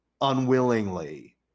unwillingly